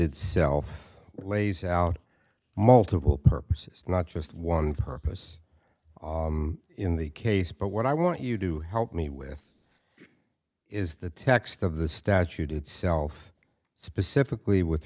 itself lays out multiple purposes not just one purpose in the case but what i want you to help me with is the text of the statute itself specifically with